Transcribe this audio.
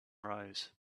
rose